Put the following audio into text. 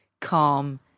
calm